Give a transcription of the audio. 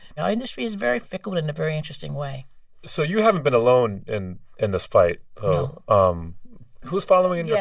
and our industry is very fickle in a very interesting way so you haven't been alone in in this fight no um who's following. yeah,